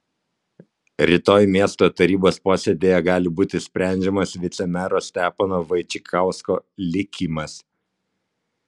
rytoj miesto tarybos posėdyje gali būti sprendžiamas vicemero stepono vaičikausko likimas